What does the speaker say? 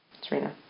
serena